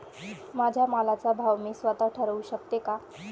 माझ्या मालाचा भाव मी स्वत: ठरवू शकते का?